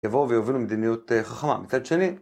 יבואו ויובילו מדיניות חכמה. מצד שני...